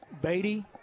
Beatty